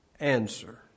answer